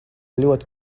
ļoti